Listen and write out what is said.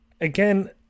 again